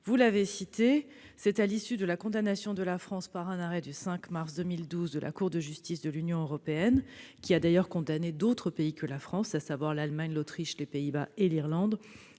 Vous l'avez rappelé, c'est à l'issue de la condamnation de la France par un arrêt du 5 mars 2012 de la Cour de justice de l'Union européenne, qui a d'ailleurs condamné d'autres États membres, à savoir l'Allemagne, l'Autriche, les Pays-Bas et l'Irlande,